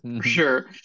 sure